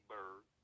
Bird